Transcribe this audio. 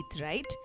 right